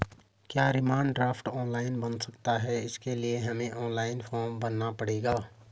क्या demand draft online बन सकता है इसके लिए हमें ऑनलाइन फॉर्म भरना पड़ेगा?